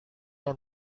yang